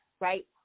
right